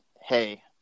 hey